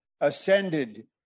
ascended